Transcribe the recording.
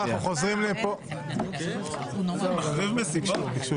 אנחנו חוזרים לכאן בשעה 22:37 (הישיבה נפסקה בשעה